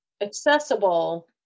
accessible